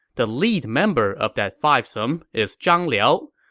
the lead member of that five-some is zhang liao.